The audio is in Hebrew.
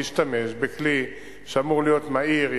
להשתמש בכלי שאמור להיות מהיר,